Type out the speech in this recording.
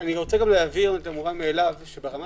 אני רוצה להבהיר את המובן מאליו - ברמה